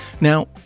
Now